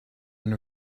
end